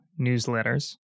newsletters